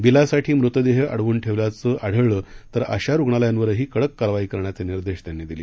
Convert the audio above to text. बिलासाठी मृतदेह अडवून ठेवल्याचे आढळलं तर अशा रुग्णालयांवरही कडक कारवाई करण्याचे निर्देश त्यांनी दिले